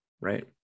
right